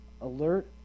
alert